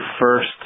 first